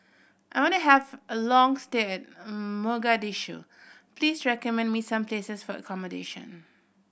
I want to have a long stay Mogadishu please recommend me some places for accommodation